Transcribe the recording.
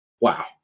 wow